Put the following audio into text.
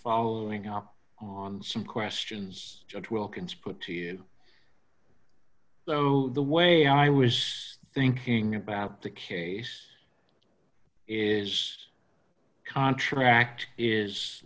following up on some questions wilkins put to you so the way i was thinking about the case is contract is